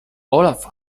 olaf